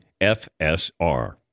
FSR